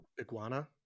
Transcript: Iguana